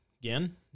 Again